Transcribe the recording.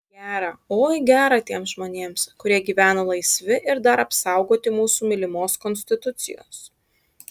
gera oi gera tiems žmonėms kurie gyvena laisvi ir dar apsaugoti mūsų mylimos konstitucijos